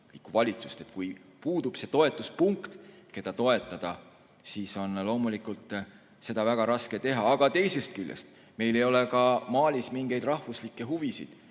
valitsust. Kui puudub toetuspunkt, keda toetada, siis on loomulikult seda väga raske teha. Teisest küljest ei ole meil Malis mingeid rahvuslikke huvisid,